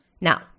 Now